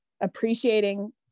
appreciating